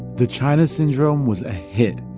the china syndrome was a hit.